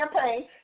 campaign